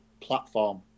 platform